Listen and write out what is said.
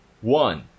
one